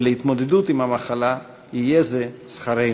ולהתמודדות עם המחלה, יהיה זה שכרנו.